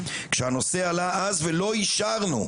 כשהנושא עלה אז ולא אישרנו,